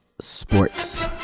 sports